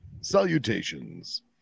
Salutations